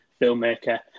filmmaker